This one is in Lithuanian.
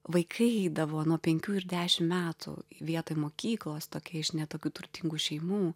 vaikai eidavo nuo penkių ir dešimt metų vietoj mokyklos tokia iš ne tokių turtingų šeimų